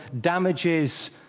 damages